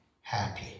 happy